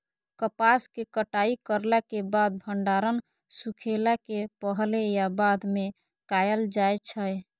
कपास के कटाई करला के बाद भंडारण सुखेला के पहले या बाद में कायल जाय छै?